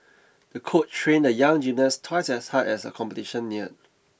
the coach trained the young gymnast twice as hard as the competition neared